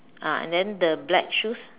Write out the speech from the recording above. ah and then the black shoes